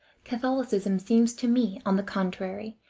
catholicism seems to me, on the contrary,